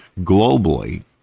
globally